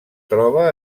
troba